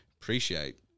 appreciate